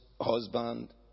husband